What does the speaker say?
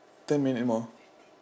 ten minute more